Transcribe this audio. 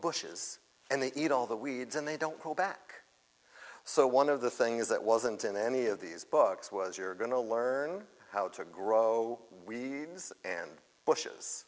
bush's and they eat all the weeds and they don't go back so one of the things that wasn't in any of these books was you're going to learn how to grow we and bush's